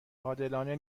عادلانه